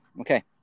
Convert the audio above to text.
Okay